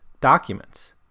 documents